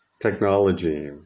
technology